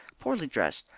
poorly dressed,